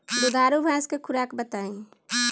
दुधारू भैंस के खुराक बताई?